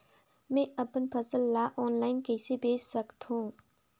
मैं अपन फसल ल ऑनलाइन कइसे बेच सकथव?